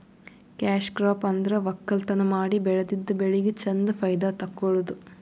cash crop ಅಂದ್ರ ವಕ್ಕಲತನ್ ಮಾಡಿ ಬೆಳದಿದ್ದ್ ಬೆಳಿಗ್ ಚಂದ್ ಫೈದಾ ತಕ್ಕೊಳದು